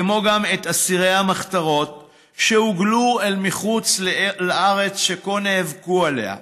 כמו גם את אסירי המחתרות שהוגלו אל מחוץ לארץ שכה נאבקו עליה,